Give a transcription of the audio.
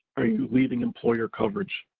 are you leaving employer coverage?